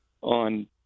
on